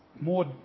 More